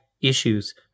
issues